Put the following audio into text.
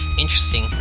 Interesting